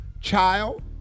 Child